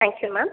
thank you ma'am